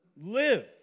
live